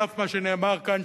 על אף מה שנאמר כאן,